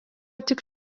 tik